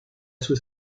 sous